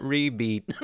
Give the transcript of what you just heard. Rebeat